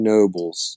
Nobles